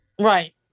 Right